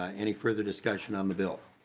ah any further discussion on the bill?